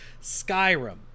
Skyrim